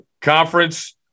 Conference